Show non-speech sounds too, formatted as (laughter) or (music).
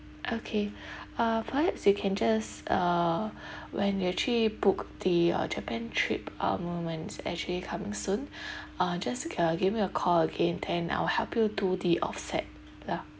okay (breath) uh perhaps you can just uh (breath) when you actually book the uh japan trip uh moments actually coming soon (breath) uh just uh give me a call again then I'll help you do the offset lah